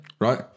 right